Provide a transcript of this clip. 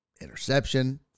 Interception